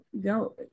go